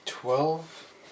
Twelve